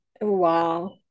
Wow